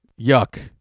Yuck